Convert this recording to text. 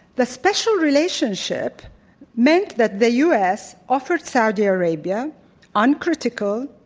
the special relationship meant that the u. s. offered saudi arabia uncritical,